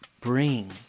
bring